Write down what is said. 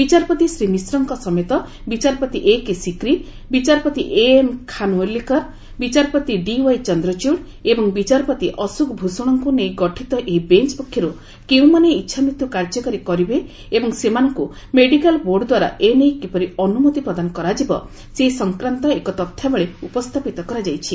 ବିଚାରପତି ଶ୍ରୀ ମିଶ୍ରଙ୍କ ସମେତ ବିଚାରପତି ଏକେସିକ୍ରି ବିଚାରପତି ଏଏମ୍ ଖାନୱିଲକର ବିଚାରପତି ଡିୱାଇ ଚନ୍ଦ୍ରଚୂଡ ଏବଂ ବିଚାରପତି ଅଶୋକ ଭୂଷଣଙ୍କୁ ନେଇ ଗଠିତ ଏହି ବେଞ୍ଚ ପକ୍ଷରୁ କେଉଁମାନେ ଇଚ୍ଛାମୃତ୍ୟୁ କାର୍ଯ୍ୟକାରୀ କରିବେ ଏବଂ ସେମାନଙ୍କୁ ମେଡ଼ିକାଲ ବୋର୍ଡ ଦ୍ୱାରା ଏନେଇ କିପରି ଅନୁମତି ପ୍ରଦାନ କରାଯିବ ସେ ସଂକ୍ରାନ୍ତ ଏକ ତଥ୍ୟାବଳୀ ଉପସ୍ଥାପିତ କରାଯାଇଛି